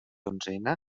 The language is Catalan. onzena